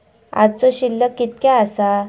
आजचो शिल्लक कीतक्या आसा?